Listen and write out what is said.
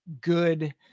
good